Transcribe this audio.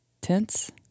Tense